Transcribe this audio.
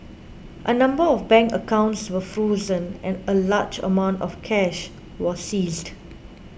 a number of bank accounts were frozen and a large amount of cash were seized